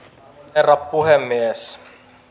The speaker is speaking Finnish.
herra puhemies